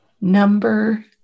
Number